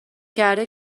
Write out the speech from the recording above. کرده